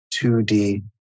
2D